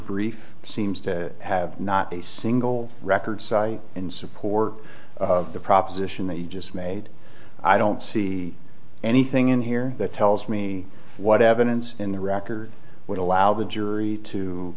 brief seems to have not a single record in support of the proposition that you just made i don't see anything in here that tells me what evidence in the record would allow the jury to